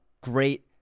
great